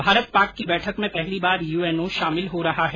भारत पाक की बैठक में पहली बार यूएनओ शामिल हो रहा है